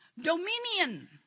Dominion